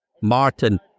Martin